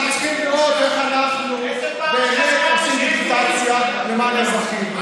אנחנו צריכים לראות איך אנחנו עושים דיגיטציה למען האזרחים,